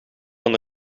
van